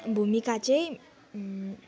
भूमिका चाहिँ